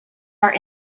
are